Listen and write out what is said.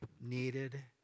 needed